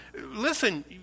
Listen